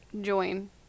join